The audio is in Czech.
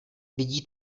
vidí